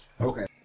Okay